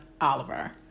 oliver